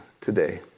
today